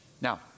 Now